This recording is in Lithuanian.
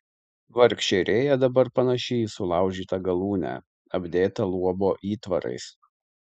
vargšė rėja dabar panaši į sulaužytą galūnę apdėtą luobo įtvarais